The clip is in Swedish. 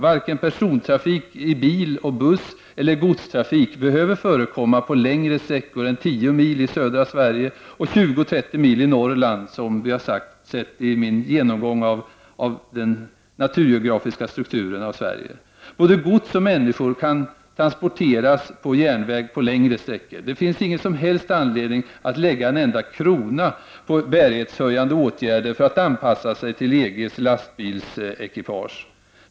Varken persontrafik i bil och buss eller godstrafik behöver förekomma på längre sträckor än 10 mil i södra Sverige och 20-30 mil i Norrland, vilket jag framhöll i min genomgång av den naturgeografiska strukturen i Sverige. Både gods och människor kan transporteras på järnväg längre sträckor. Det finns ingen som helst anledning att lägga en enda krona på bärighetshöjande åtgärder för att anpassa sig till EGs lastbilsekipage.